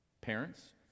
parents